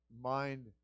mind